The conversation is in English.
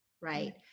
right